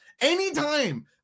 Anytime